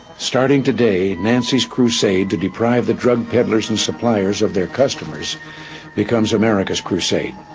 starting today, nancy's crusade to deprive the drug peddlers and suppliers of their customers becomes america's crusade.